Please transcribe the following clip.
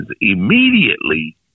immediately